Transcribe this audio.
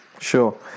Sure